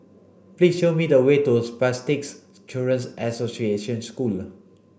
please show me the way to Spastics Children's Association School